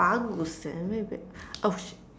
bagus oh shit